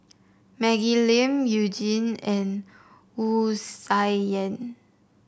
Maggie Lim You Jin and Wu Tsai Yen